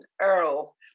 earl